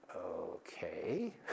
Okay